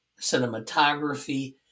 cinematography